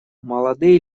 молодые